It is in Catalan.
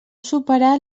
superar